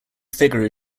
figure